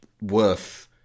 worth